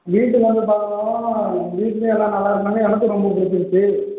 வீட்டுக்கு வந்து பார்க்கவும் வீட்லையும் எல்லாம் நல்லாயிருக்குனாங்க எனக்கும் ரொம்ப பிடிச்சிருச்சு